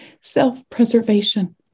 self-preservation